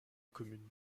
commune